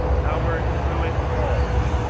howard prewitt ball,